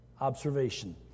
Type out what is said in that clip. Observation